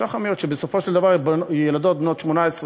ובסופו של דבר הן ילדות בנות 18,